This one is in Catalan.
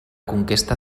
conquesta